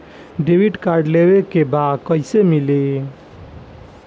Debit card लेवे के बा कईसे मिली?